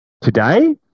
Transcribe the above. today